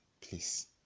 please